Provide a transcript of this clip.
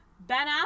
Ben